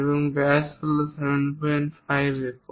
এবং ব্যাস হল 75 একক